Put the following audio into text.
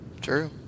true